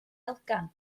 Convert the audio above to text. elgan